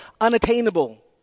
unattainable